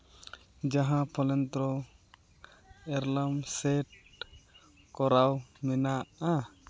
ᱡᱟᱦᱟᱸ ᱯᱷᱳᱱᱮᱱᱫᱨᱚ alarm set ᱠᱚᱨᱟᱣ ᱢᱮᱱᱟᱜᱼᱟ